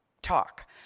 talk